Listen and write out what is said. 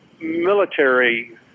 military